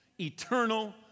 eternal